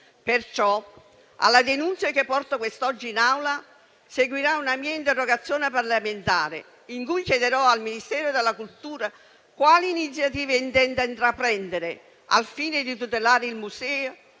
Perciò, alla denuncia che porto quest'oggi in Aula, seguirà una mia interrogazione parlamentare in cui chiederò al Ministero della cultura quali iniziative intenda intraprendere al fine di tutelare il museo